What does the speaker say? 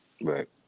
Right